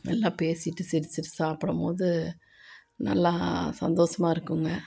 எல்லாம் பேசிவிட்டு சிரிச்சுட்டு சாப்பிடும்போது நல்லா சந்தோஷமா இருக்குங்க